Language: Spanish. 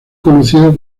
conocido